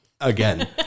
Again